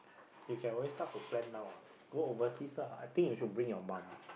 you can always start to plan now [what] go overseas lah I think you should your mum